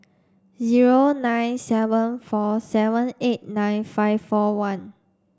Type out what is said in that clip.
zero nine seven four seven eight nine five four one